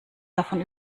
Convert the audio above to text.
davon